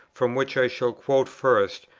from which i shall quote first,